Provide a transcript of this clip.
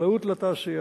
לחקלאות ולתעשייה,